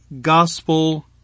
gospel